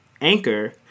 Anchor